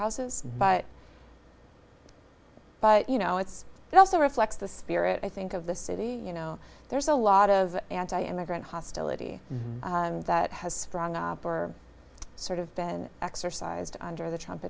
courthouses but but you know it's also reflects the spirit i think of the city you know there's a lot of anti immigrant hostility that has sprung up or sort of been exercised under the trump